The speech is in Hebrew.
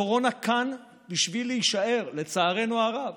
הקורונה כאן בשביל להישאר, לצערנו הרב.